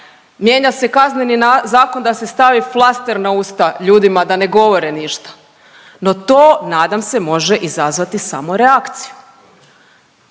Mijenja se Kazneni zakon da se stavi flaster na usta ljudima da ne govore ništa. No to nadam se, može izazvati samo reakciju.